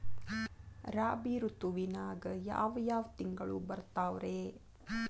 ರಾಬಿ ಋತುವಿನಾಗ ಯಾವ್ ಯಾವ್ ತಿಂಗಳು ಬರ್ತಾವ್ ರೇ?